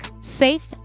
safe